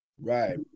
Right